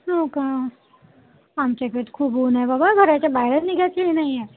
हो का आमच्याकडे खूप ऊन्ह आहे बाबा घराच्या बाहेर निघायची ही नाही आहे